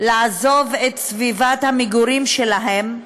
לעזוב את סביבת המגורים שלהן,